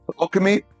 Alchemy